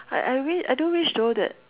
I I really I do wish though that